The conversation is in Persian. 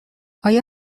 آیا